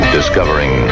Discovering